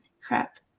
Crap